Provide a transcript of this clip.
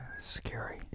Scary